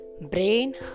brain